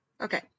okay